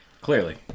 clearly